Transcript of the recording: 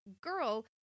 girl